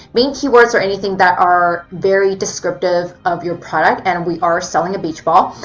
main keywords are anything that are very descriptive of your product and we are selling a beach ball.